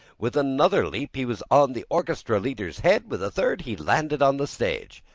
with another leap, he was on the orchestra leader's head. with a third, he landed on the stage.